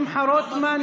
שמחה רוטמן,